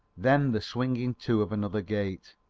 then the swinging to of another gate,